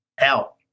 out